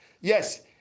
Yes